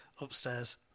upstairs